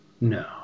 no